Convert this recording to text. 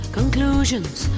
conclusions